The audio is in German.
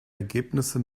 ergebnisse